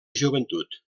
joventut